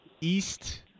East